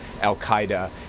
al-Qaeda